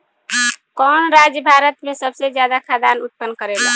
कवन राज्य भारत में सबसे ज्यादा खाद्यान उत्पन्न करेला?